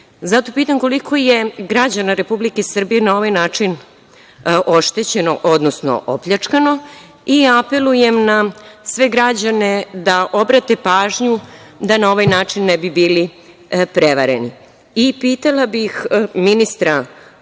Zato pitam koliko je građana Republike Srbije na ovaj način oštećeno, odnosno opljačkano i apelujem na sve građane da obrate pažnju, da na ovaj način ne bi bili prevareni. Pitala bih ministra